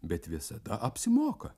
bet visada apsimoka